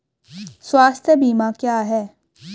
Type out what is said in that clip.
स्वास्थ्य बीमा क्या है?